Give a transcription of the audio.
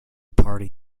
party